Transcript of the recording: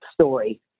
story